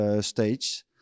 stage